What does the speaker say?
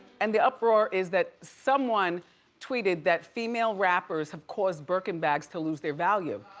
and the uproar is that someone tweeted that female rappers have caused birkin bags to lose their value.